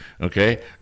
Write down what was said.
Okay